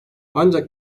ancak